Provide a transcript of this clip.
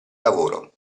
lavoro